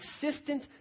consistent